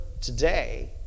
today